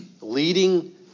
leading